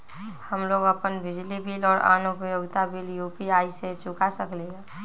हम लोग अपन बिजली बिल और अन्य उपयोगिता बिल यू.पी.आई से चुका सकिली ह